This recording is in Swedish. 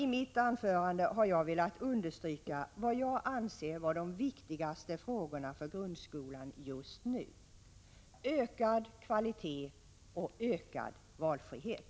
I mitt anförande har jag velat understryka vad jag anser vara det viktigaste frågorna för grundskolan just nu — ökad kvalitet och ökad valfrihet.